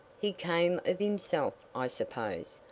he came of himself, i suppose,